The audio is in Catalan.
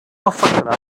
afectarà